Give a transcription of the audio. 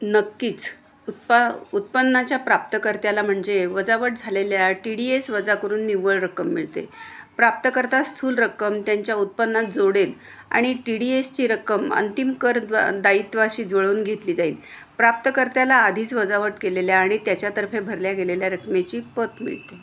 नक्कीच उत्पा उत्पन्नाच्या प्राप्तकर्त्याला म्हणजे वजावट झालेल्या टी डी एस वजा करून निव्वळ रक्कम मिळते प्राप्तकर्ता स्थूल रक्कम त्यांच्या उत्पन्नात जोडेल आणि टी डी एसची रक्कम अंंतिम करद्वा दायित्वाशी जुळवून घेतली जाईल प्राप्तकर्त्याला आधीच वजावट केलेल्या आणि त्याच्यातर्फे भरल्या गेलेल्या रकमेची पत मिळते